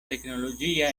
tecnologia